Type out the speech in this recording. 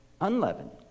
unleavened